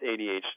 ADHD